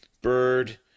Bird